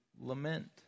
lament